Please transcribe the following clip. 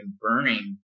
burning